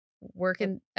working